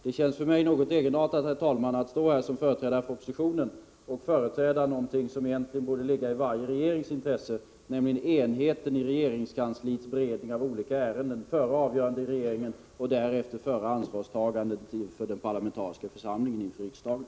Det känns för mig något egenartat, herr talman, att stå här som företrädare för oppositionen och företräda något som egentligen borde ligga i varje regerings intresse, nämligen enheten i regeringskansliets beredning av olika ärenden före avgörande i regeringen och därefter före ansvarstagande inför den parlamentariska församlingen i riksdagen.